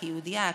כיהודייה,